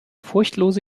furchtlose